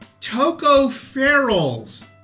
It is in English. tocopherols